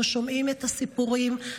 אנחנו שומעים את הסיפורים,